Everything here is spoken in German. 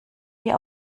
wir